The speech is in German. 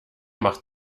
macht